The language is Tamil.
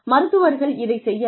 மருத்துவர்கள் இதைச் செய்யலாம்